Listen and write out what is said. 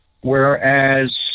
whereas